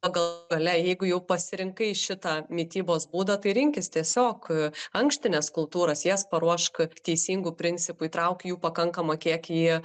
gal gale jeigu jau pasirinkai šitą mitybos būdą tai rinkis tiesiog ankštines kultūras jas paruošk teisingu principu įtrauk jų pakankamą kiekį į